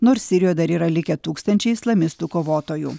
nors sirijoje dar yra likę tūkstančiai islamistų kovotojų